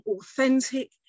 authentic